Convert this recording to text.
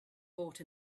bought